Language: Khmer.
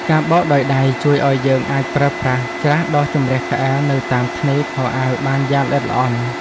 ការបោកដោយដៃជួយឱ្យយើងអាចប្រើច្រាសដុសជម្រះក្អែលនៅតាមថ្នេរខោអាវបានយ៉ាងល្អិតល្អន់។